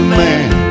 man